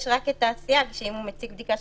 יש רק את הסייג שאם הוא מציג בדיקה,